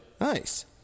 Nice